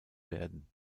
werden